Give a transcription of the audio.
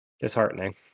disheartening